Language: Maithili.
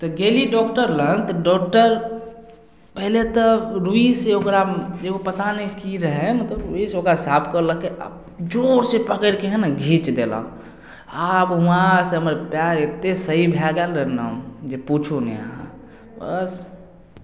तऽ गेली डॉक्टर लग तऽ डॉक्टर पहिले तऽ रुइसँ ओकरा एगो पता नहि की रहय मतलब रुइसँ ओकरा साफ करलकै आओर जोरसँ पकड़िके हइ ने घीच देलक आब उहाँसँ हमर पयर एते सही भए गेल रहय ने जे पुछू नहि अहाँ बस